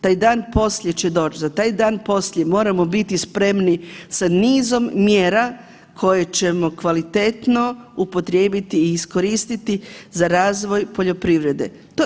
Taj dan poslije će doći, za taj dan poslije moramo biti spremni sa nizom mjera koje ćemo kvalitetno upotrijebiti i iskoristiti za razvoj poljoprivrede.